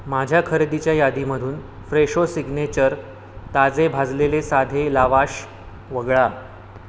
माझ्या खरेदीच्या यादीमधून फ्रेशो सिग्नेचर ताजे भाजलेले साधे लावाश वगळा